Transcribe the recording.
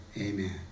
amen